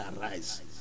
arise